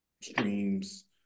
streams